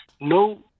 no